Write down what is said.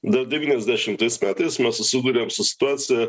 dar devyniasdešimtais metais mes susidūrėm su situacija